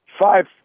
five